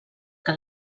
que